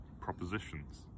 propositions